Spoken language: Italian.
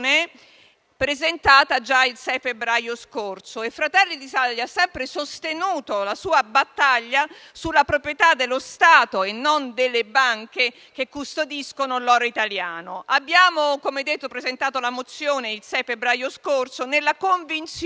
presentata già il 6 febbraio scorso. Fratelli d'Italia ha sempre sostenuto la sua battaglia sulla proprietà da parte dello Stato, e non delle banche che lo custodiscono, dell'oro italiano. Abbiamo presentato questa mozione il 6 febbraio scorso nella convinzione,